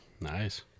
Nice